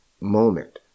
moment